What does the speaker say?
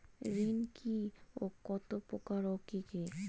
ঋণ কি ও কত প্রকার ও কি কি?